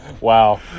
Wow